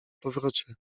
powrocie